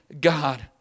God